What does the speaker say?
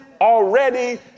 already